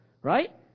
right